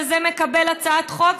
וזה מקבל הצעת חוק,